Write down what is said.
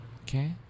Okay